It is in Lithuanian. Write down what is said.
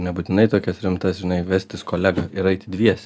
nebūtinai tokias rimtas žinai vestis kolegą ir aiti dviese